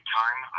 time